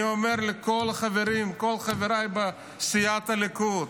אני אומר לכל החברים, כל חבריי בסיעת הליכוד,